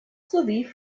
sowie